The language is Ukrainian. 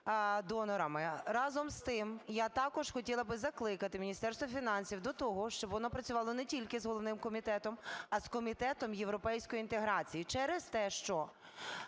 донорами. Разом з тим, я також хотіла би закликати Міністерство фінансів до того, щоб воно працювало не тільки з головним комітетом, а з Комітетом європейської інтеграції через те, що,